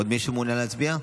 עוד מישהו מעוניין להצביע?